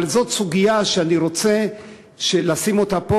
אבל זאת סוגיה שאני רוצה לשים אותה פה